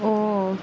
ओह्